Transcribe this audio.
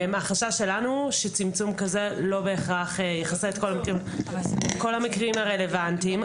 החשש שלנו שצמצום כזה לא בהכרח יכסה את כל המקרים הרלוונטיים.